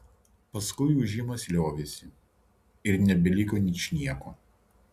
paskui ūžimas liovėsi ir nebeliko ničnieko